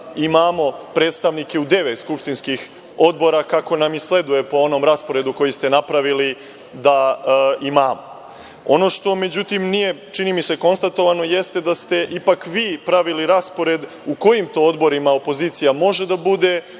imamo predstavnike u devet skupštinskih odbora, kako nam i sleduje po onom rasporedu koji ste napravili, da imamo.Međutim, ono što, čini mi se, nije konstatovano jeste da ste ipak vi pravili raspored u kojim to odborima opozicija može da bude,